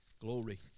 glory